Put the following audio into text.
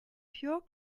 pure